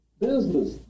business